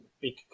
big